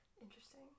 Interesting